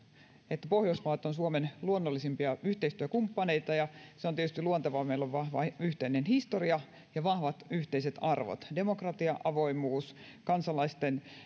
että pohjoismaat ovat suomen luonnollisimpia yhteistyökumppaneita ja se on tietysti luontevaa sillä meillä on vahva yhteinen historia ja vahvat yhteiset arvot demokratia avoimuus kansalaisten